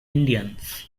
indians